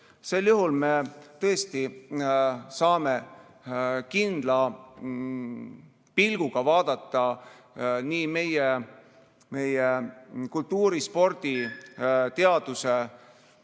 Sel juhul me tõesti saame kindla pilguga vaadata nii meie kultuuri‑, spordi‑, teadus‑